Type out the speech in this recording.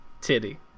Titty